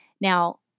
Now